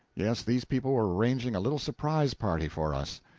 yes, these people were arranging a little surprise party for us.